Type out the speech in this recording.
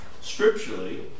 scripturally